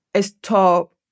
stop